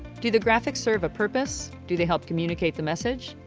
do the graphics serve a purpose? do they help communicate the message?